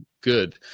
good